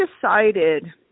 decided